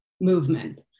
movement